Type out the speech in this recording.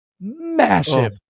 massive